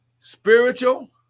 Spiritual